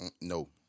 No